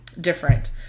different